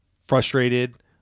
frustrated